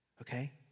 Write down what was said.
okay